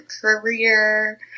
career